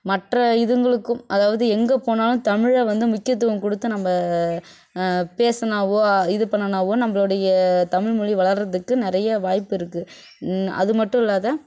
மற்ற இதுங்களுக்கும் அதாவது எங்கே போனாலும் தமிழை வந்து முக்கியத்துவம் கொடுத்து நம்ம பேசினாவோ இது பண்ணினாவோ நம்மளுடைய தமிழ்மொழி வளர்கிறதுக்கு நிறைய வாய்ப்பு இருக்குது இன் அது மட்டும் இல்லாது